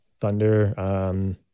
Thunder